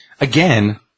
again